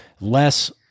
less